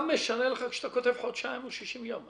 משנה לך אם אתה כותב חודשיים או 60 יום?